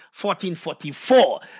1444